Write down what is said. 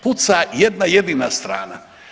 Puca jedna jedina strana.